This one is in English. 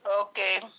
Okay